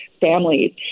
families